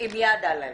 עם יד על הלב.